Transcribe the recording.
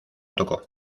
tocó